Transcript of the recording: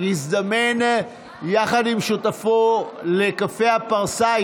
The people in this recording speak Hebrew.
יזדמן יחד עם שותפו לקפה בפרסה,